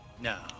No